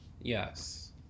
Yes